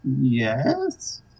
Yes